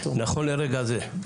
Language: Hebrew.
נכון לרגע זה,